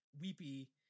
weepy